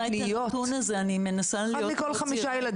הפניות --- אני לא מכירה את הנתון הזה --- 1 מכל 5 ילדים,